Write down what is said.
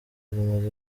zimaze